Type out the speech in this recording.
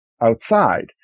outside